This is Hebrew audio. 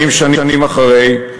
40 שנים אחרי,